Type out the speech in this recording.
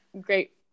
great